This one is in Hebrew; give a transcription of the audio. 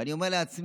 ואני אומר לעצמי: